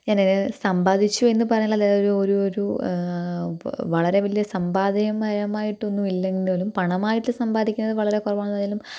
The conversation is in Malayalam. ഞാൻ സമ്പാദിച്ചു എന്ന് പറയണതിൽ ഒരു ഒരു വളരെ വലിയ സമ്പാദ്യപരമായിട്ടൊന്നും ഇല്ലന്തേലും പണമായിട്ട് സമ്പാദിക്കുന്നത് വളരെ കുറവാണെന്നാലും